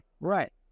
Right